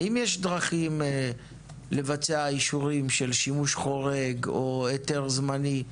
האם יש דרכים לבצע אישורים של שימוש חורג או היתר זמני?